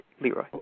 Leroy